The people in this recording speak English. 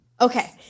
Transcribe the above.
Okay